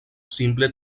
simple